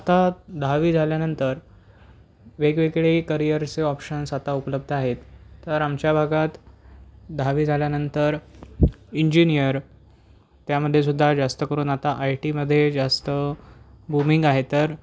आता दहावी झाल्यानंतर वेगवेगळे करिअर्सचे ऑप्शन्स आता उपलब्ध आहेत तर आमच्या भागात दहावी झाल्यानंतर इंजिनियर त्यामध्येसुद्धा जास्त करून आता आयटीमध्ये जास्त बूमिंग आहे तर